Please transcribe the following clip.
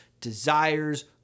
desires